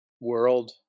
world